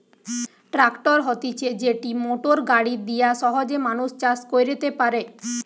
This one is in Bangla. ট্র্যাক্টর হতিছে যেটি মোটর গাড়ি দিয়া সহজে মানুষ চাষ কইরতে পারে